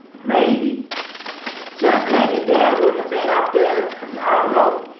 maybe just maybe dad wouldn't of been out there i don't know,